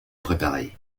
préparé